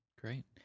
Great